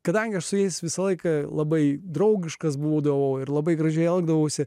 kadangi aš su jais visą laiką labai draugiškas būdavau ir labai gražiai elgdavausi